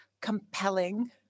compelling